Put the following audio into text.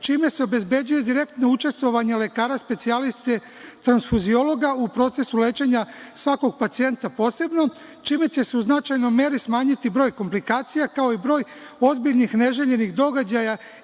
čime se obezbeđuje direktno učestvovanje lekara specijaliste transfuziologa u procesu lečenja svakog pacijenta posebno, čime će se u značajnoj meri smanjiti broj komplikacija, kao i broj ozbiljnih neželjenih događaja